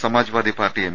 Samajwadi party M